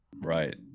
Right